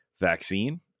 vaccine